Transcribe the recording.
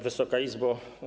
Wysoka Izbo!